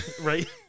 right